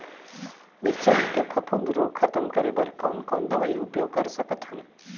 मिरचा के फफूंद रोग खतम करे बर कौन कौन दवई उपयोग कर सकत हन?